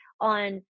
on